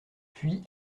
puis